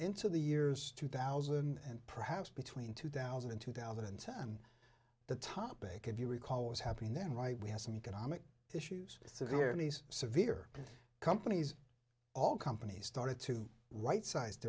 into the years two thousand and perhaps between two thousand and two thousand and ten the topic if you recall was happening then right we had some economic issues securities severe companies all companies started to right size